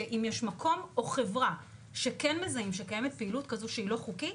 שאם יש מקום או חברה שכן מזהים שקיימת פעילות כזאת שהיא לא חוקית,